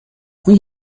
اون